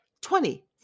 Twenty